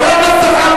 חבר הכנסת זחאלקה,